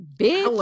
bitch